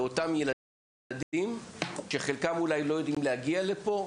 לאותם ילדים שחלקם אולי לא יודעים להגיע לפה,